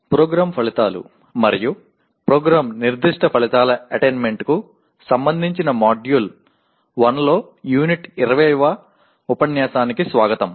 PO மற்றும் PSO அடைதல் வணக்கம் PO மற்றும் PSO அடைவது தொடர்பான தொகுதி 1 பிரிவு 20 க்கு வரவேற்கிறோம்